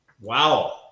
Wow